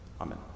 Amen